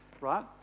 right